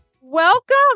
Welcome